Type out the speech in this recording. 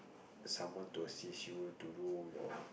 someone to assist you to do your